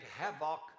havoc